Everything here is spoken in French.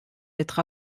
être